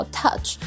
touch，